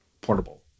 portable